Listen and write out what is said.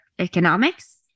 economics